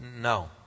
no